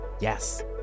Yes